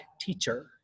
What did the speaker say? teacher